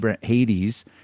Hades